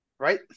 Right